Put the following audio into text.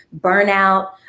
burnout